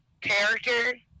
character